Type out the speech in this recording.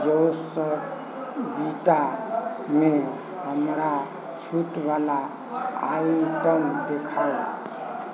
योस्वीटामे हमरा छूटवला आइटम देखाउ